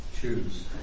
Choose